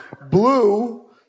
Blue